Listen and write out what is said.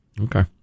Okay